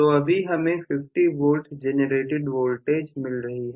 तो अभी हमें 50 वोल्ट जेनरेटेड वोल्टेज मिल रही है